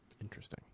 Interesting